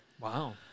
Wow